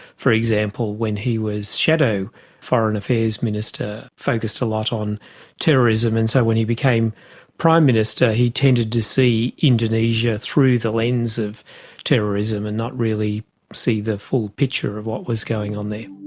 for example, when he was shadow foreign affairs minister focused a lot on terrorism, and so when he became prime minister he tended to see indonesia through the lens of terrorism and not really see the full picture of what was going on there.